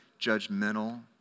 judgmental